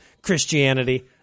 Christianity